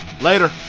Later